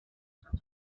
for